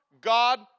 God